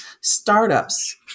startups